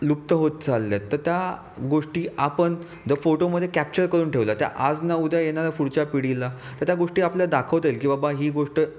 लुप्त होत चालल्यात तर त्या गोष्टी आपण जर फोटोमध्ये कॅप्चर करून ठेवल्या तर आज ना उद्या येणाऱ्या पुढच्या पिढीला तर त्या गोष्टी आपल्याला दाखवता येईल की बबा ही गोष्ट